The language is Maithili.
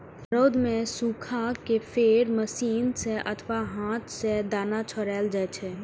रौद मे सुखा कें फेर मशीन सं अथवा हाथ सं दाना छोड़ायल जाइ छै